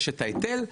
את ההיטל,